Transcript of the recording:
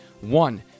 One